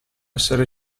essere